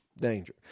danger